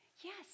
Yes